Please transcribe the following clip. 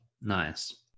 nice